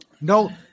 No